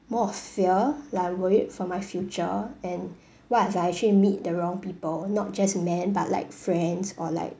more of fear like I'm worried for my future and what if I actually meet the wrong people not just men but like friends or like